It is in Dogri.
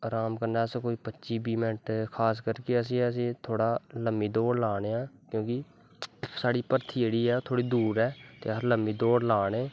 राम कन्नै अस कोई पच्ची बाह् मैंन्ट कि असें थोह्ड़ा लम्मी दौड़ लाने आं क्योंकि साढ़ी भर्ती जेह्ड़ी ऐ दूर ऐ ते अस लम्मी दौड़ ला ने